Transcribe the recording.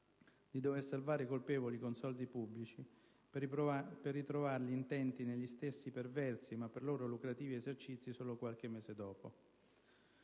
di dover salvare i colpevoli con soldi pubblici, per ritrovarli intenti negli stessi perversi (ma per loro lucrativi) esercizi solo qualche mese dopo.